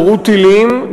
נורו טילים,